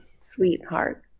sweetheart